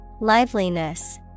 Liveliness